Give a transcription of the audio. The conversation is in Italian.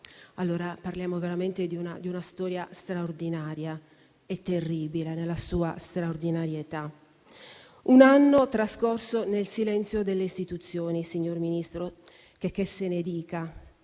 allora parliamo veramente di una storia straordinaria e terribile nella sua straordinarietà. Un anno trascorso nel silenzio delle istituzioni, signor Ministro, checché se ne dica,